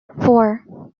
four